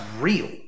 real